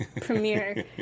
premiere